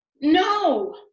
no